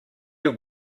your